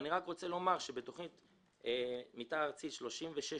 אני רק רוצה לומר שתוכנית מתאר ארצית 36א'